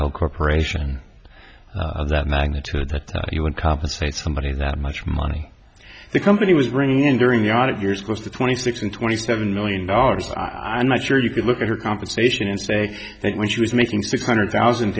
held corporation of that magnitude you would compensate somebody that much money the company was running in during the audit years close to twenty six and twenty seven million dollars i'm not sure you could look at her compensation and say that when she was making six hundred thousand